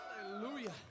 Hallelujah